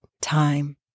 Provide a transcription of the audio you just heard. time